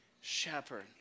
shepherd